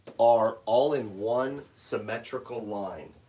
are all in one symmetrical line,